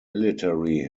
military